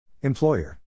Employer